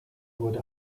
wurde